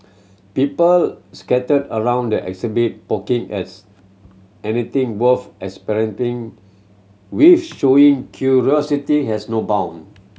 pupil scattered around the exhibit poking as anything worth experimenting with showing curiosity has no bound